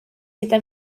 gyda